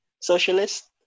socialist